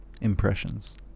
Impressions